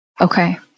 Okay